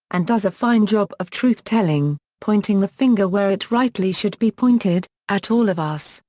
and does a fine job of truth-telling, pointing the finger where it rightly should be pointed at all of us,